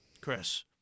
Chris